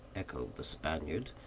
echoed the spaniard.